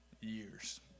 years